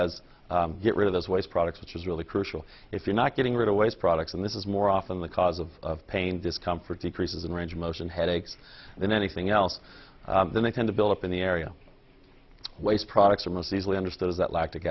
as get rid of those waste products which is really crucial if you're not getting rid of waste products and this is more often the cause of pain discomfort decreases in range of motion headaches than anything else then they tend to build up in the area waste products are most easily understood is that lactic